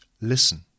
listen